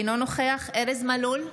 אינו נוכח ארז מלול,